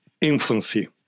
infancy